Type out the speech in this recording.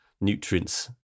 nutrients